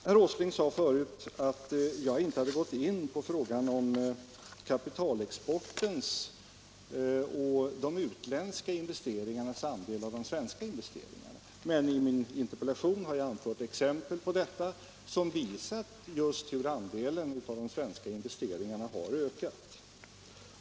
Herr Åsling sade tidigare att jag inte hade gått in på frågan om kapitalexportens och de utländska investeringarnas andel av de svenska investeringarna. Men i min interpellation har jag anfört exempel som visar hur andelen av de svenska investeringarna har ökat.